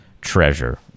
treasure